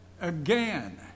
again